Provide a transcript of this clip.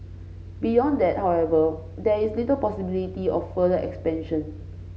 beyond that however there is little possibility of further expansion